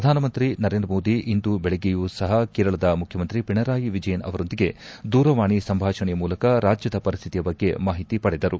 ಪ್ರಧಾನಮಂತ್ರಿ ನರೇಂದ್ರ ಮೋದಿ ಇಂದು ಬೆಳಿಗ್ಗೆಯೂ ಸಹ ಕೇರಳದ ಮುಖ್ಯಮಂತ್ರಿ ಪಿಣರಾಯಿ ವಿಜಯನ್ ಅವರೊಂದಿಗೆ ದೂರವಾಣಿ ಸಂಭಾಷಣೆಯ ಮೂಲಕ ರಾಜ್ಯದ ಪರಿಸ್ತಿತಿಯ ಬಗ್ಗೆ ಮಾಹಿತಿ ಪಡೆದರು